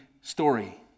story